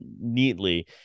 neatly